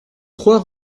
trois